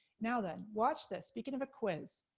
now then, watch this, speaking of a quiz.